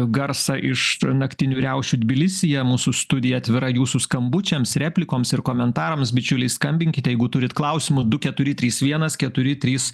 garsą iš naktinių riaušių tbilisyje mūsų studija atvira jūsų skambučiams replikoms ir komentarams bičiuliai skambinkite jeigu turit klausimų du keturi trys vienas keturi trys